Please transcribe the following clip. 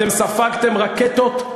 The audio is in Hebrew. אתם ספגתם רקטות,